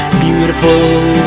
beautiful